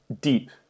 deep